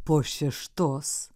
po šeštos